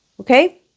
okay